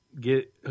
get